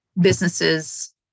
businesses